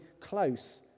close